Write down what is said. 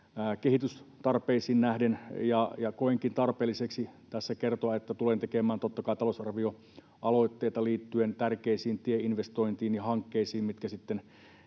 kehitystarpeisiin nähden. Koenkin tarpeelliseksi tässä kertoa, että tulen tekemään, totta kai, talousarvioaloitteita liittyen tärkeisiin tieinvestointeihin ja -hankkeisiin, mitkä sitten